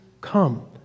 come